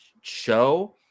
show